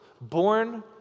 born